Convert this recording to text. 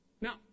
Now